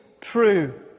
true